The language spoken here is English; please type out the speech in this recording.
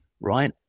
Right